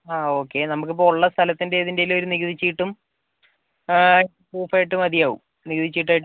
ആ ഓക്കെ നമുക്കിപ്പം ഉള്ള സ്ഥലത്തിൻ്റെ ഏതിന്റെ എങ്കിലും ഒരു നികുതി ചീട്ടും പ്രൂഫായിട്ട് മതിയാകും നികുതി ചീട്ടായിട്ട് തന്നാൽ മതി